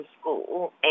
school